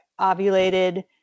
ovulated